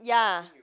ya